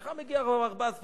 לך מגיע ארבעה ספרים.